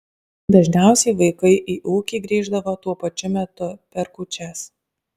dažniausiai vaikai į ūkį grįždavo tuo pačiu metu per kūčias